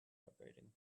vibrating